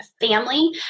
family